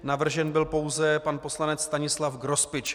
Navržen byl pouze pan poslanec Stanislav Grospič.